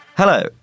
Hello